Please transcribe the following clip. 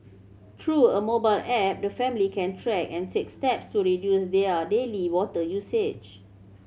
through a mobile app the family can track and take steps to reduce their daily water usage